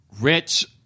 rich